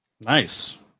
Nice